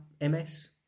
MS